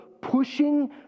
pushing